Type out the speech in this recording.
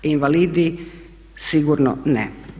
Invalidi sigurno ne.